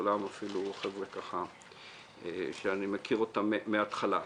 כולם חבר'ה שאני מכיר מההתחלה.